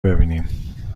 ببینیم